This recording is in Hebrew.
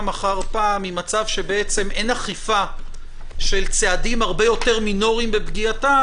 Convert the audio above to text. אחר פעם עם מצב שאין אכיפה של צעדים הרבה יותר מינוריים בפגיעתם,